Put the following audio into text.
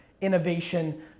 innovation